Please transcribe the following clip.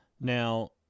Now